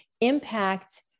impact